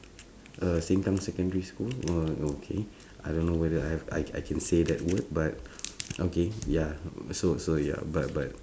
uh sengkang secondary school okay I don't know whether I I I can say that word but okay ya so so ya but but